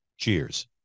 Cheers